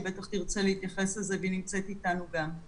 שהיא בטח תרצה להתייחס לזה והיא נמצאת איתנו גם.